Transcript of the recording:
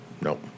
Nope